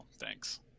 thanks